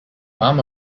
mum